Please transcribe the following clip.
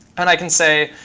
and i can say,